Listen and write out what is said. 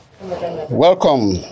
Welcome